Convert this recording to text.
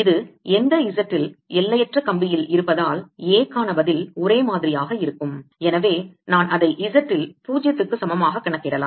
இது எந்த Z இல் எல்லையற்ற கம்பியில் இருப்பதால் A க்கான பதில் ஒரே மாதிரியாக இருக்கும் எனவே நான் அதை Z இல் 0 க்கு சமமாக கணக்கிடலாம்